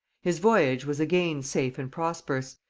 his voyage was again safe and prosperous,